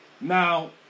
now